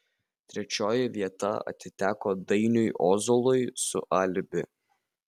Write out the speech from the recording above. trečioji vieta atiteko dainiui ozolui su alibi